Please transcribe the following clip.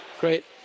Great